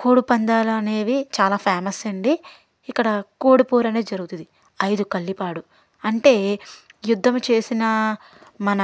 కోడిపందాలు అనేవి చాలా ఫేమస్ అండీ ఇక్కడ కోడిపోరు అనే జరుగుతాది ఐదు కల్లిపాడు అంటే యుద్ధం చేసిన మన